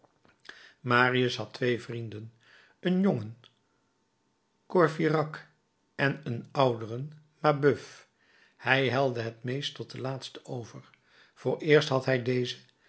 marius had twee vrienden een jongen courfeyrac en een ouderen mabeuf hij helde het meest tot den laatsten over vooreerst had hij dezen